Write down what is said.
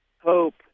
hope